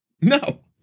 No